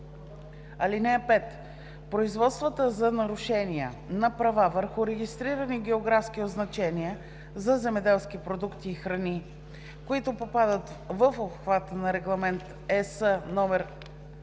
(5) Производствата за нарушения на права върху регистрирани географски означения за земеделски продукти и храни, които попадат в обхвата на Регламент (ЕС)